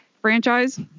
franchise